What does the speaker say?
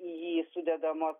į jį sudedamos